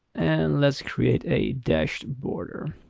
and let's create a dashed border.